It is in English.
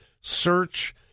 search